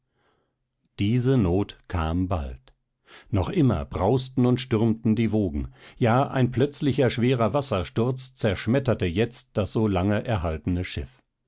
diese not kam bald noch immer brausten und stürmten die wogen ja ein plötzlicher schwerer wassersturz zerschmetterte jetzt das so lange erhaltene schiff